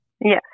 Yes